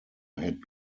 had